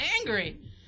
angry